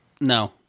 No